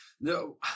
no